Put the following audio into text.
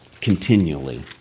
continually